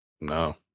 No